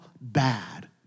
bad